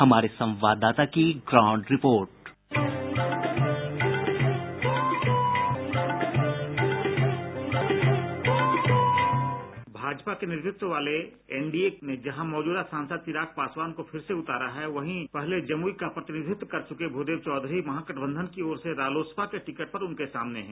हमारे संवाददाता की ground report sound bite Bhajpa के नेतृत्व वाले एनडीए ने जहां मौजूदा सांसद चिराग पासवान को फिर से उतारा है वहीं पहले जमुई के प्रतिनिधित्व कर चुके भूदेव चौधरी महागठबंधन की ओर से रालोसपा के टिकट पर उनके सामने हैं